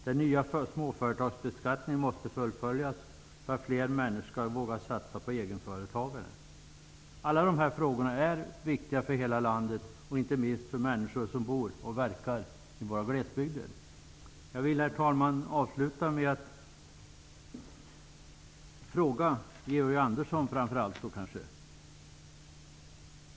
Den nya småföretagsbeskattningen måste fullföljas för att flera människor skall våga satsa på egenföretagande. Alla dessa frågor är viktiga för hela landet och inte minst för de människor som bor och verkar i våra glesbygder. Herr talman! Jag vill avsluta med en fråga till framför allt Georg Andersson.